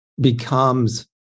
becomes